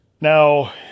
Now